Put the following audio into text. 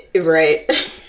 Right